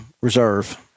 reserve